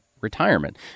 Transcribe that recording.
retirement